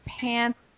pants